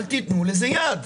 אל תיתנו לזה יד.